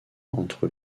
entre